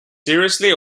seriously